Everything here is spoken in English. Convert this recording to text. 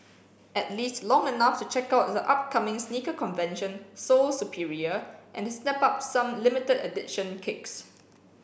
at least long enough to check out the upcoming sneaker convention Sole Superior and the snap up some limited edition kicks